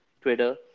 Twitter